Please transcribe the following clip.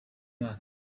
imana